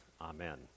Amen